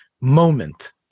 moment